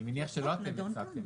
אני מניח שלא אתם הצגתם את זה.